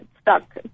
stuck